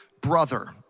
brother